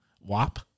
Wop